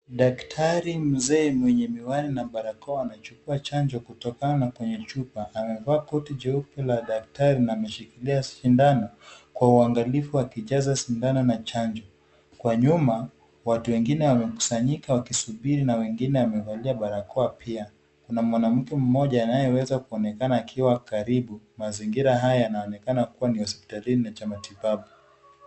Daktari mzee mwenye miwani na barakoa anachukua chanjo kutokana na kwenye chupa. Amevaa koti jeupe la daktari na ameshikilia sindano kwa uangalifu akijaza sindano na chanjo. Kwa nyuma watu wengine wamekusanyika wakisubiri na wengine wamevalia barakoa pia. Kuna mwanamke mmoja anayeweza kuonekana akiwa karibu. Mazingira haya yanaonekana kuwa ni hospitalini na cha matibabu.